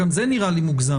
גם זה נראה לי מוגזם,